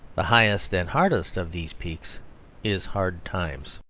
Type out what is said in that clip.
the highest and hardest of these peaks is hard times.